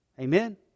Amen